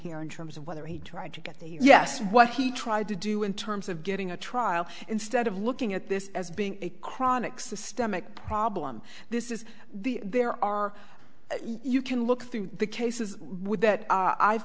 here in terms of whether he tried to get a yes what he tried to do in terms of getting a trial instead of looking at this as being a chronic systemic problem this is the there are you can look through the cases would that